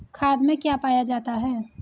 खाद में क्या पाया जाता है?